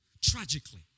tragically